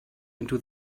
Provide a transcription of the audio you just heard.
into